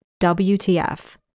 WTF